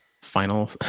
final